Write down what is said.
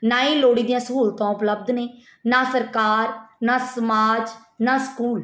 ਨਾ ਹੀ ਲੋੜੀ ਦੀਆਂ ਸਹੂਲਤਾਂ ਉਪਲਬਧ ਨੇ ਨਾ ਸਰਕਾਰ ਨਾ ਸਮਾਜ ਨਾ ਸਕੂਲ